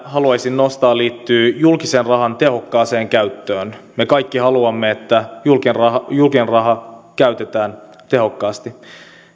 haluaisin nostaa liittyy julkisen rahan tehokkaaseen käyttöön me kaikki haluamme että julkinen raha julkinen raha käytetään tehokkaasti